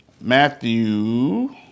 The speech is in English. Matthew